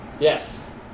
Yes